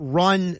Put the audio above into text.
run